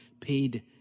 paid